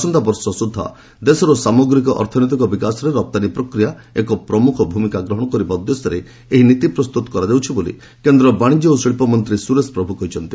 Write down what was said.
ଆସନ୍ତା ବର୍ଷ ସୁଦ୍ଧା ଦେଶର ସାମଗ୍ରୀକ ଅର୍ଥନୈତିକ ବିକାଶରେ ରପ୍ତାନୀ ପ୍ରକ୍ରିୟା ଏକ ପ୍ରମୁଖ ଭୂମିକା ଗ୍ରହଣ କରିବା ଉଦ୍ଦେଶ୍ୟରେ ଏହି ନୀତି ପ୍ରସ୍ତୁତ କରାଯାଉଛି ବୋଲି କେନ୍ଦ୍ର ବାଣିଜ୍ୟ ଓ ଶିଳ୍ପମନ୍ତ୍ରୀ ସୁରେଶ ପ୍ରଭୁ କହିଛନ୍ତି